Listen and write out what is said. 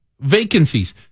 vacancies